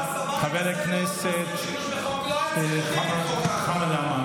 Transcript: הוביל ליחס, ולכן אני מצפה ממנו